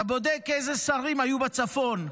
אתה בודק אילו שרים היו בצפון,